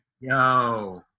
Yo